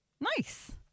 nice